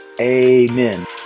Amen